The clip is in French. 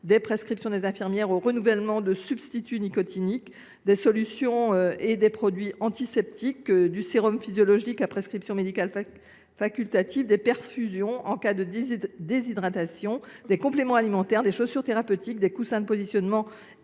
de prescription des infirmières au renouvellement des substituts nicotiniques, des solutions et produits antiseptiques, du sérum physiologique à prescription médicale facultative, des perfusions en cas de déshydratation, des compléments alimentaires, des chaussures thérapeutiques, des coussins de positionnement